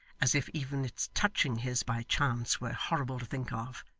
as if even its touching his by chance were horrible to think of,